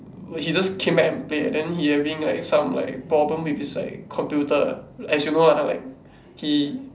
where he just came back and play then he having like some like problem with his like computer as you know lah like he